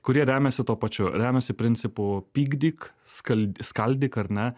kurie remiasi tuo pačiu remiasi principu pykdyk skal skaldyk ar ne